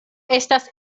estas